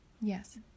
yes